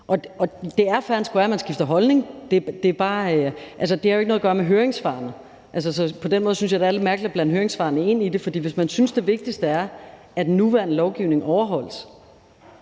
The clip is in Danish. Det er fair and square, at man skifter holdning, men det har jo ikke noget at gøre med høringssvarene. På den måde synes jeg det er lidt mærkeligt at blande høringssvarene ind i det, hvis man synes, at det vigtigste er,